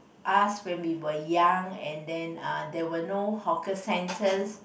us when we were young and then there were no hawker centres